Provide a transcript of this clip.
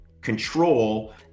control